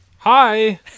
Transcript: Hi